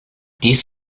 dies